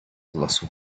colossal